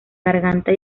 garganta